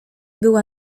była